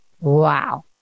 Wow